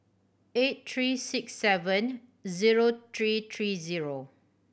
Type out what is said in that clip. eight three six seven zero three three zero